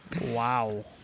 Wow